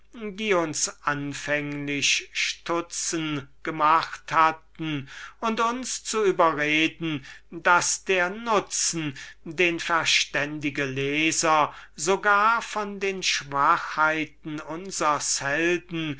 die uns anfänglich stutzen gemacht hatten und uns zu überreden daß der nutzen den unsre verständigen leser sogar von den schwachheiten unsers helden